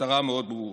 המטרה מאוד ברורה.